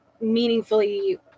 meaningfully